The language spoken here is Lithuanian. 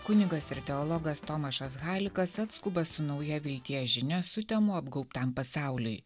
kunigas ir teologas tomašas hailikas atskuba su nauja vilties žinia sutemų apgaubtam pasauliui